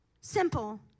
simple